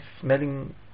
smelling